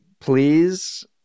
please